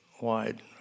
wide